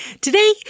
today